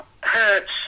hurts